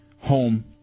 home